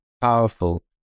powerful